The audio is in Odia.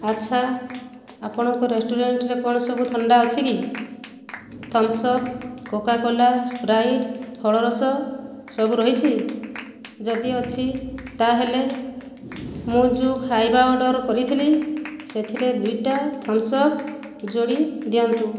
ଆଚ୍ଛା ଆପଣଙ୍କ ରେଷ୍ଟୁରାଣ୍ଟରେ କ'ଣ ସବୁ ଥଣ୍ଡା ଅଛି କି ଥମ୍ସପ୍ କୋକାକୋଲା ସ୍ପ୍ରାଇଟ୍ ଫଳରସ ସବୁ ରହିଛି ଯଦି ଅଛି ତା'ହେଲେ ମୁଁ ଯେଉଁ ଖାଇବା ଅର୍ଡ଼ର କରିଥିଲି ସେଥିରେ ଦୁଇଟା ଥମ୍ସପ୍ ଯୋଡ଼ି ଦିଅନ୍ତୁ